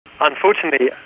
Unfortunately